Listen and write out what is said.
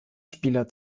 spieler